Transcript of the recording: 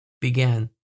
began